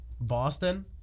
Boston